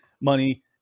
money